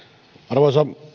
arvoisa